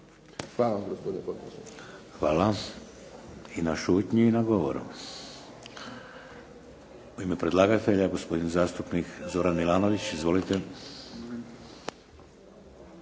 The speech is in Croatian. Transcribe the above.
Hvala i na šutnji i na govoru. U ime predlagatelja gospodin zastupnik Zoran Milanović. Izvolite.